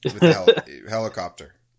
Helicopter